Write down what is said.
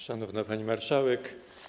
Szanowna Pani Marszałek!